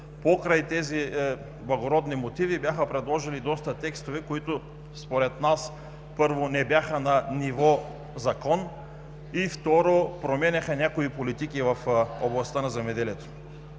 Покрай тези благородни мотиви бяха предложени доста текстове, които според нас, първо, не бяха на ниво закон и, второ, променяха някои политики в областта на земеделието.